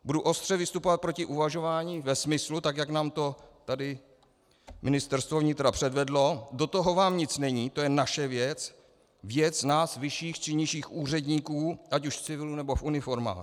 Budu ostře vystupovat proti uvažování ve smyslu, tak jak nám to tady Ministerstvo vnitra předvedlo: do toho vám nic není, to je naše věc, věc nás vyšších či nižších úředníků, ať už v civilu, nebo uniformách.